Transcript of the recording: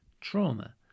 trauma